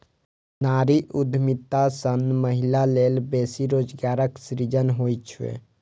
नारी उद्यमिता सं महिला लेल बेसी रोजगारक सृजन होइ छै